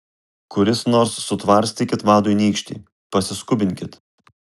kuris nors sutvarstykit vadui nykštį pasiskubinkit